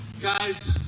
Guys